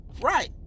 Right